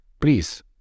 Please